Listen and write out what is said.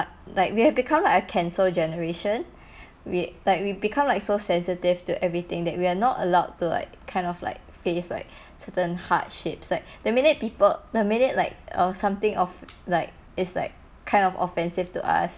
like we have become like a cancel generation we like we become like so sensitive to everything that we are not allowed to like kind of like face like certain hardships like the minute people the minute like err something of like is like kind of offensive to us